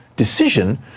decision